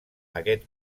aquest